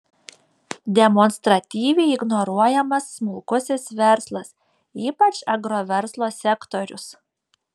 demonstratyviai ignoruojamas smulkusis verslas ypač agroverslo sektorius